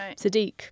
Sadiq